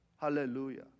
Hallelujah